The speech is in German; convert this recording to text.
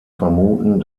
vermuten